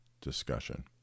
discussion